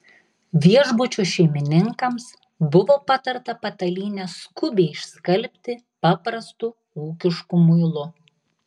viešbučio šeimininkams buvo patarta patalynę skubiai išskalbti paprastu ūkišku muilu